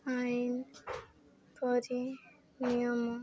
ଆଇନ୍ ପରି ନିୟମ